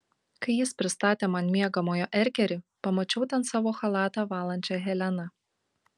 kai jis pristatė man miegamojo erkerį pamačiau ten savo chalatą valančią heleną